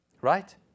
Right